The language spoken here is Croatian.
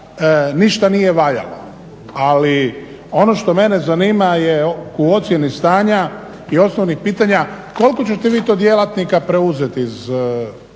ništa nije valjalo. Ali ono što mene zanima je u ocjeni stanja i osnovnih pitanja, koliko ćete vi to djelatnika preuzeti